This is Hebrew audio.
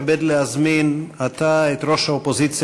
אני מתכבד להזמין עתה את ראש האופוזיציה